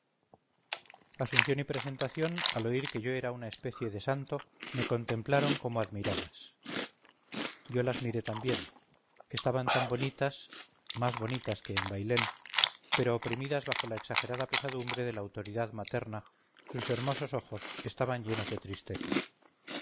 asunción y presentación al oír que yo era una especie de santo me contemplaron con admiradas yo las miré también estaban tan bonitas más bonitas que en bailén pero oprimidas bajo la exagerada pesadumbre de la autoridad materna sus hermosos ojos estaban llenos de tristeza